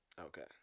Okay